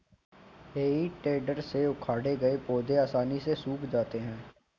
हेइ टेडर से उखाड़े गए पौधे आसानी से सूख जाते हैं